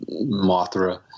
Mothra